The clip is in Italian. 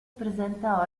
presenta